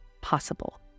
possible